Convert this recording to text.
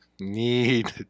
Need